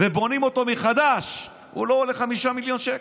ובונים אותו מחדש הוא לא עולה 5 מיליון שקל,